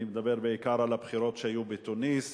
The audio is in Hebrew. אני מדבר בעיקר על הבחירות שהיו בתוניסיה.